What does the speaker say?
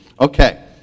Okay